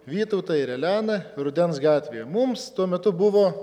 vytautą ir eleną rudens gatvėje mums tuo metu buvo